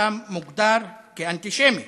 אתה מוגדר כאנטישמי.